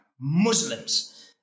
Muslims